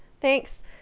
Thanks